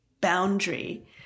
boundary